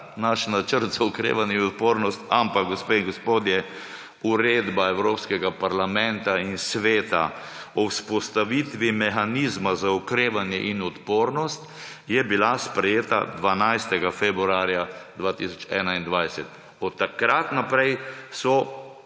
naš načrt za okrevanje in odpornost. Ampak, gospe in gospodje, uredba Evropskega parlamenta in Sveta o vzpostaviti mehanizma za okrevanje in odpornost je bila sprejeta 12. februarja 2021. Od takrat naprej so